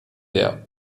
der